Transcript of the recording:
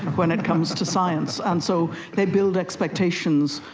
when it comes to science, and so they build expectations.